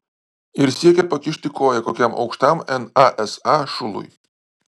ir siekia pakišti koją kokiam aukštam nasa šului